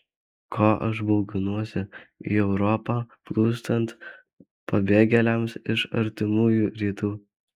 ko aš bauginuosi į europą plūstant pabėgėliams iš artimųjų rytų